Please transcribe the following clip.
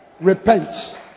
Repent